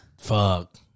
Fuck